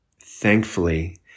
thankfully